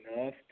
enough